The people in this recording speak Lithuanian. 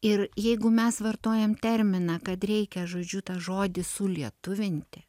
ir jeigu mes vartojam terminą kad reikia žodžiu tą žodį sulietuvinti